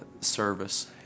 service